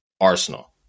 Arsenal